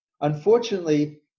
Unfortunately